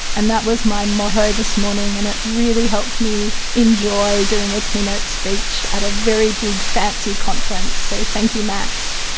and that was my motto this morning and it really helped me enjoy doing a keynote speech at a very big fancy conference, so thank you max.